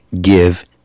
Give